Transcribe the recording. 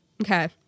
okay